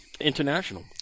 International